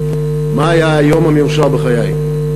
מה היה היום המאושר בחיי.